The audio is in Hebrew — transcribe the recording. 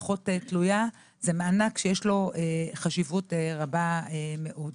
פחות תלויה יש לו חשיבות רבה מאוד.